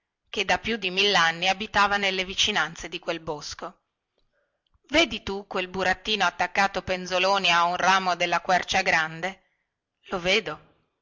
che da più di millanni abitava nelle vicinanze di quel bosco vedi tu quel burattino attaccato penzoloni a un ramo della quercia grande lo vedo